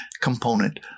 component